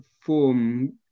form